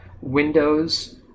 Windows